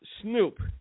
snoop